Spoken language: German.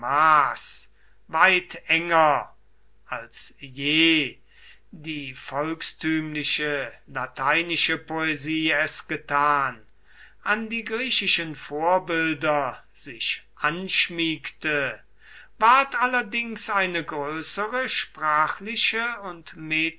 weit enger als je die volkstümliche lateinische poesie es getan an die griechischen vorbilder sich anschmiegte ward allerdings eine größere sprachliche und